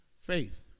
faith